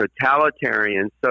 totalitarian